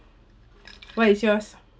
what is yours